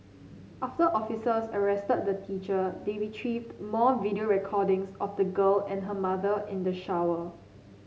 after officers arrested the teacher they retrieved more video recordings of the girl and her mother in the shower